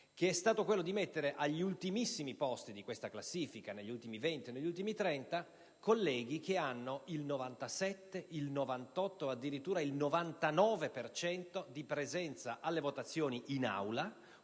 ossia quello di mettere agli ultimissimi posti di questa classifica, negli ultimi 20 o 30, colleghi che hanno il 97, il 98 o addirittura il 99 per cento di presenza alle votazioni in Aula,